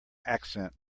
accent